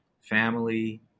family